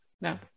No